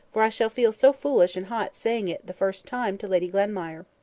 for i shall feel so foolish and hot saying it the first time to lady glenmire.